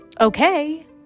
okay